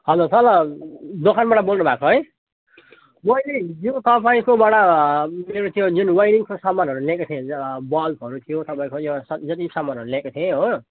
hello तल दोकानबाट बोल्नु भएको है मैले हिजो तपाईँकोबाट मेरो त्यो जुन वाइरिङको सामानहरू लिएको थिए बल्बहरू थियो तपाईँको यो जति सामानहरू लिएको थिएँ हो